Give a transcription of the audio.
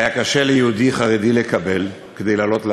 היה קשה ליהודי חרדי לקבל כדי לעלות לארץ.